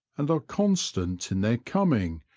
and are constant in their coming,